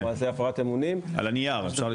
על הנייר.